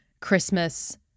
christmas